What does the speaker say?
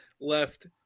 left –